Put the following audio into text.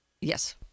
Yes